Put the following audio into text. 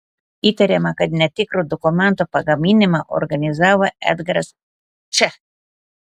įtariama kad netikro dokumento pagaminimą organizavo edgaras č